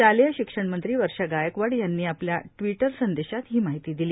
शालेय शिक्षणमंत्री वर्षा गायकवाड यांनी आपल्या ट्वीटर संदेशात ही माहिती दिली